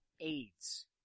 AIDS